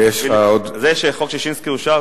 זה שחוק ששינסקי אושר,